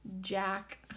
Jack